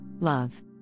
love